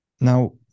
now